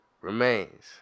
remains